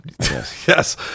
Yes